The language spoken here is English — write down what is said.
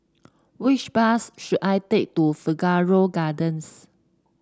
which bus should I take to Figaro Gardens